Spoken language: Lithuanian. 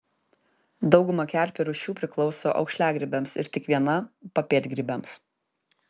dauguma kerpių rūšių priklauso aukšliagrybiams ir tik viena papėdgrybiams